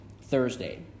Thursday